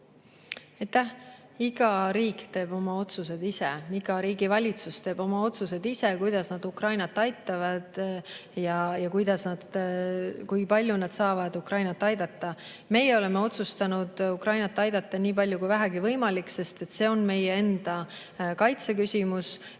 Iga riik teeb oma otsused ise, iga riigi valitsus otsustab ise, kuidas nad Ukrainat aitavad ja kui palju nad saavad Ukrainat aidata. Meie oleme otsustanud Ukrainat aidata nii palju, kui vähegi võimalik, sest on meie enda kaitse küsimus,